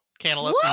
cantaloupe